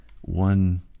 one